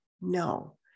no